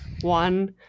one